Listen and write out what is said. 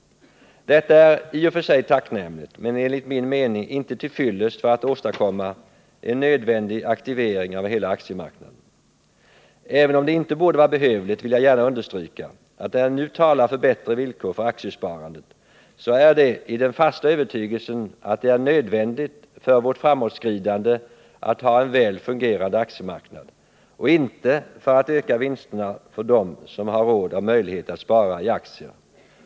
Detta är i och för sig tacknämligt, men enligt min mening inte till fyllest för att åstadkomma en nödvändig aktivering av hela aktiemarknaden. Även om det inte borde vara behövligt vill jag gärna understryka, att när jag nu talar för bättre villkor för aktiesparandet, så gör jag det i den fasta övertygelsen att det är nödvändigt för vårt framåtskridande att ha en väl fungerande aktiemarknad och inte för att öka vinsterna för dem som har råd och möjlighet att spara i aktier.